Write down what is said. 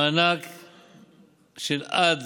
מתן מענק של עד